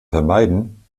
vermeiden